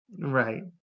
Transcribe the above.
right